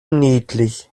niedlich